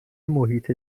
محیط